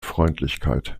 freundlichkeit